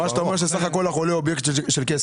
אתה אומר שהחולה הוא אובייקט של כסף.